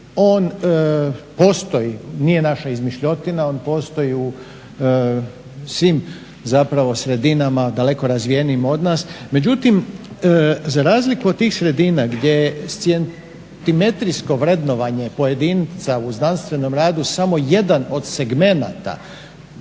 On postoji, nije naša izmišljotina, on postoji u svim zapravo sredinama daleko razvijenijim od nas. Međutim, za razliku od tih sredina gdje je scijentimetrijsko vrednovanje pojedinca u znanstvenom radu samo jedan od segmenata